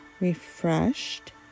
refreshed